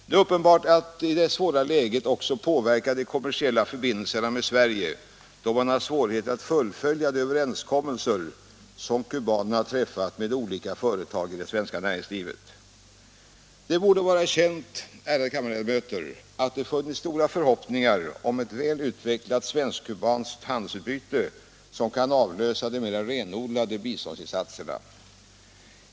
Det är uppenbart att detta svåra läge också påverkar de kommersiella förbindelserna med Sverige då man har svårigheter att fullfölja de överenskommelser som kubanerna har träffat med olika företag i det svenska näringslivet. Det borde vara känt, ärade kammarledamöter, att det funnits stora förhoppningar om ett väl utvecklat svensk-kubanskt handelsutbyte som kan avlösa de mer renodlade biståndsinsatserna.